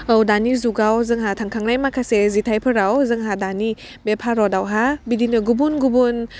औ दानि जुगाव जोंहा थांखांनाय माखासे जिथाइफोराव जोंहा दानि बे भारतआवहा बिदिनो गुबुन गुबुन